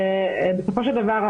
שבסופו של דבר,